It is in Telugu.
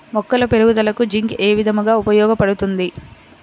మొక్కల పెరుగుదలకు జింక్ ఏ విధముగా ఉపయోగపడుతుంది?